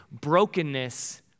brokenness